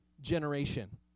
generation